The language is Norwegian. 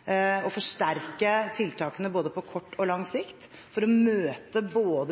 å forsterke tiltakene både på kort og lang sikt for å møte